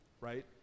right